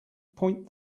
point